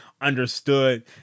understood